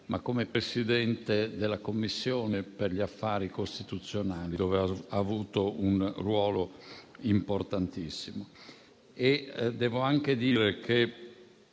ma come Presidente della Commissione affari costituzionali, dove ha ricoperto un ruolo importantissimo. Devo anche dire che